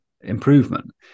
improvement